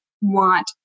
want